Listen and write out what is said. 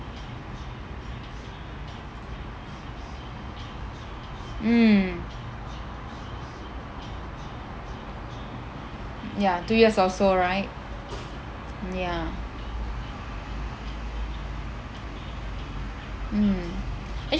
mm ya two years also right ya mm